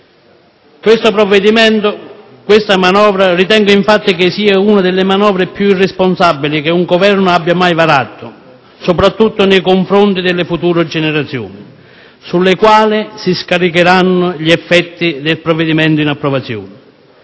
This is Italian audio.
delle giovani generazioni. Ritengo che questa sia una delle manovre più irresponsabili che un Governo abbia mai varato, soprattutto nei confronti delle future generazioni, sulle quali si scaricheranno gli effetti del provvedimento in approvazione.